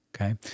Okay